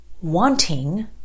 wanting